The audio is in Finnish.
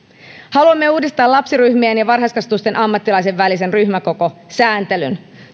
haluamme uudistaa lapsiryhmien ja varhaiskasvatuksen ammattilaisten välisen ryhmäkokosääntelyn